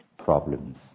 Problems